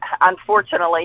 unfortunately